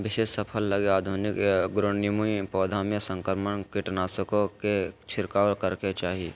विशेष फसल लगी आधुनिक एग्रोनोमी, पौधों में संकरण, कीटनाशकों के छिरकाव करेके चाही